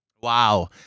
Wow